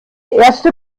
erste